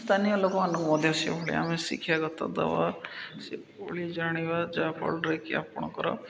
ସ୍ଥାନୀୟ ଲୋକମାନଙ୍କୁ ମଧ୍ୟ ସେଭଳି ଆମେ ଶିକ୍ଷାଗତ ଦେବା ସେଭଳି ଜାଣିବା ଯାହାଫଳରେ କି ଆପଣଙ୍କର